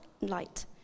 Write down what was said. light